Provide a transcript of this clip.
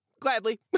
gladly